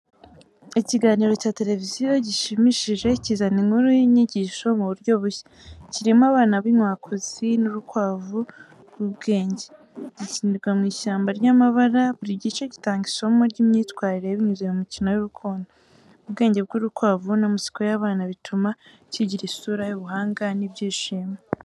Ikiganiro cya televiziyo gishimishije kizana inkuru y’inyigisho mu buryo bushya, kirimo abana b’inkwakuzi n’urukwavu rw’ubwenge. Gikinirwa mu ishyamba ry’amabara, buri gice gitanga isomo ry’imyitwarire binyuze mu mikino y’urukundo. Ubwenge bw’urukwavu n’amatsiko y’abana bituma kigira isura y’ubuhanga n’ibyishimo.